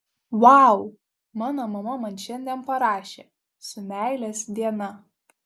vau mano mama man šiandien parašė su meilės diena